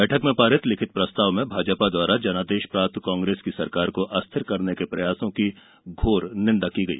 बैठक में पारित लिखित प्रस्ताव में भाजपा द्वारा जनादेश प्राप्त कांग्रेस की सरकार को अस्थिर करने के प्रयासों की घोर निंदा की गई